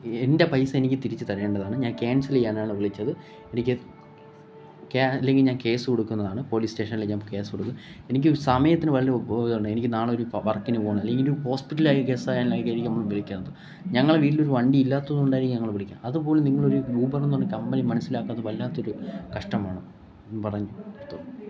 എന്റെ പൈസ എനിക്ക് തിരിച്ച് തരേണ്ടതാണ് ഞാന് ക്യാന്സല് ചെയ്യാനാണ് വിളിച്ചത് എനിക്ക് അല്ലെങ്കിൽ ഞാന് കേസ് കൊടുക്കുന്നതാണ് പോലീസ് സ്റ്റേഷനിൽ ഞാന് കേസ് കൊടുക്കും എനിക്ക് ഒരു സമയത്തിന് വല്ല ബോധവുമുണ്ടോ എനിക്ക് നാളൊരു ഫൊ വര്ക്കിന് പോകണം അല്ലെങ്കിൽ ഒരു ഹോസ്പിറ്റലിലായി ഞങ്ങൾ വീട്ടിലൊരു വണ്ടി ഇല്ലാത്തത് കൊണ്ടായിരിക്കും ഞങ്ങൾ വിളിക്കുന്നത് അത്പോലും നിങ്ങൾ ഒരു യൂബറെന്ന് പറഞ്ഞ കമ്പനി മനസ്സിലാക്കാത്തത് വല്ലാത്തൊരു കഷ്ടമാണ് ഒന്നും പറയാന് തൊ